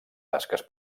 tasques